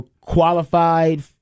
qualified